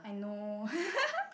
I know